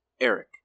Eric